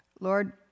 Lord